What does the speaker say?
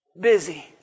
busy